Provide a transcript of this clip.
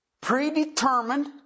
predetermined